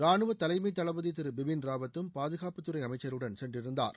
ரானுவ தலைமை தளபதி திரு பிபின் ராவத்தும் பாதுகாப்புத்துறை அமைச்சருடன் சென்றிருந்தார்